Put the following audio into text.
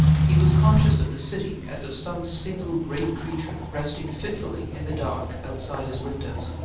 he was conscious of the city as of some single great creature resting fitfully in the dark outside his windows.